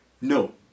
No